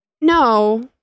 no